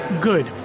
good